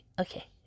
Okay